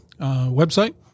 website